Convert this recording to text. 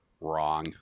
Wrong